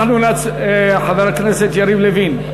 חבר הכנסת יריב לוין,